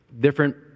different